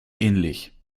ähnlich